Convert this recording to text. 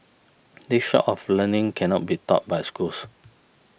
this sort of learning cannot be taught by schools